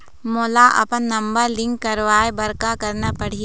मोला अपन number link करवाये बर का करना पड़ही?